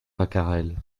pacarel